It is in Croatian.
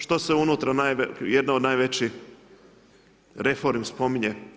Što se unutra jedna od najvećih reformi spominje?